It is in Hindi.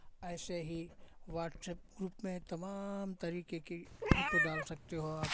ऐसे ही वाट्सअप ग्रुप में तमाम तरीके की फ़ोटो डाल सकते हो आप